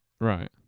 Right